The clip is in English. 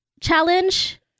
challenge